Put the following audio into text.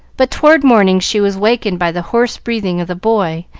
but toward morning she was wakened by the hoarse breathing of the boy,